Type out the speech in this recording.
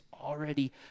already